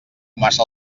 massa